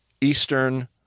Eastern